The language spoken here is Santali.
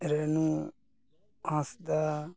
ᱨᱮᱱᱩ ᱦᱟᱸᱥᱫᱟ